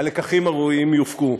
הלקחים הראויים יופקו.